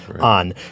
on